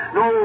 no